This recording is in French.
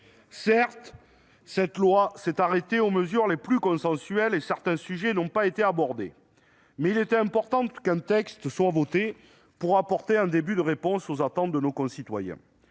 proposition de loi s'est cantonnée aux mesures les plus consensuelles et certains sujets n'ont pas été abordés, mais il est important qu'un texte soit voté pour apporter un début de réponse aux attentes de nos concitoyens.